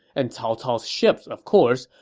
and cao cao's ships, of course,